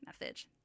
message